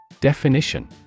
Definition